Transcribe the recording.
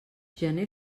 gener